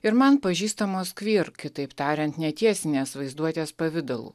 ir man pažįstamos queer kitaip tariant netiesinės vaizduotės pavidalų